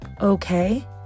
okay